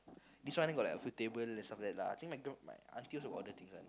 this one only got like a few table like that ah I think my g~ my aunty also got that thing lah